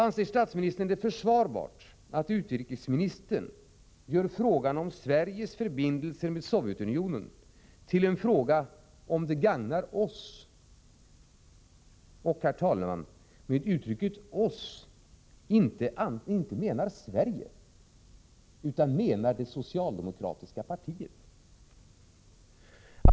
Anser statsministern det försvarbart att utrikesministern gör frågan om Sveriges förbindelser med Sovjetunionen till en fråga ”om det gagnar oss” och, herr talman, med uttrycket ”oss” inte menar Sverige utan det socialdemokratiska partiet? 5.